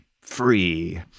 free